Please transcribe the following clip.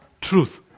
truth